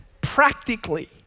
practically